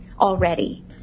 already